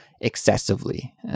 excessively